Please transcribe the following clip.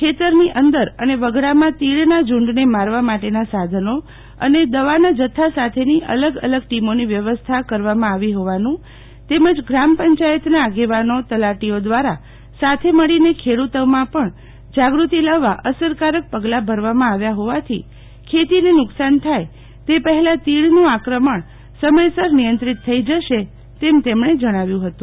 ખેતરની અંદર અને વગડામાં તીડના ઝુંડને મારવા માટેના સાધનો અને દવાના જથ્થા સાથેની અલગ અલગ ટીમોની વ્યવસ્થા કરવામાં આવી હોવાનું તેમજ ગ્રામપંચાયતના આગેવાનો તલાટીઓ દ્વારા સાથે મળીને ખેડૂતોમાં પણ જાગૃતિ લાવવા અસકારક પગલા ભરવામાં આવ્યા હોવાથી ખેતીને નુકસાન થાય તે પહેલા તીડનું આક્રમણ સમયસર નિયંત્રિત થઇ જશે તેમ તેમણે જણાવ્યું હતું